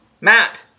Matt